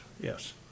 Yes